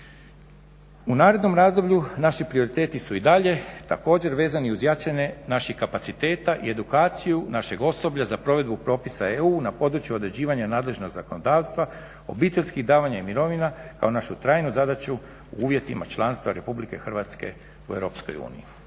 U narednom razdoblju naši prioriteti su i dalje također vezani uz jačanje naših kapaciteta i edukaciju našeg osoblja za provedbu propisa EU na području određivanja nadležnog zakonodavstva, obiteljskih davanja i mirovina kao našu trajnu zadaću u uvjetima članstva RH u EU.